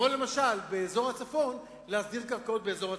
למשל להסדיר קרקעות באזור הצפון.